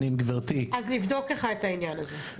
אנחנו נבדוק לך את העניין הזה.